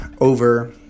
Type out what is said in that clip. over